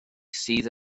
sydd